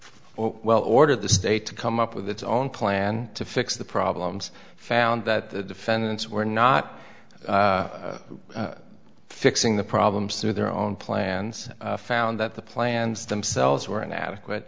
well ordered the state to come up with its own plan to fix the problems found that the defendants were not fixing the problems through their own plans found that the plans themselves were inadequate